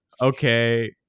okay